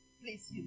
Please